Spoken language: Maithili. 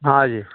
हँ जी